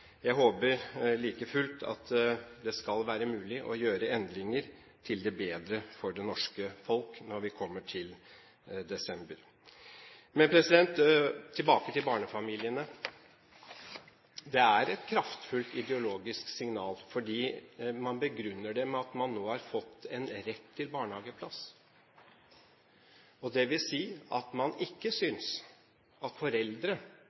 Jeg håper like fullt at det skal være mulig å gjøre endringer til det bedre for det norske folk når vi kommer til desember. Tilbake til barnefamiliene: Det er et kraftfullt ideologisk signal, fordi man begrunner det med at man nå har fått en rett til barnehageplass. Det vil si at man ikke synes at